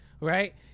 right